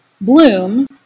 bloom